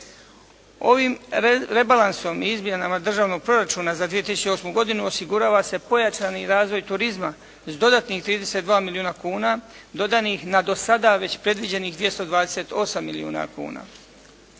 Ovim rebalansom i izmjenama Državnog proračuna za 2008. godinu osigurava se pojačani razvoj turizma s dodatnih 32 milijuna kuna dodanih na do sada već predviđenih 228 milijuna kuna.